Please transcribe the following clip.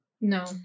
No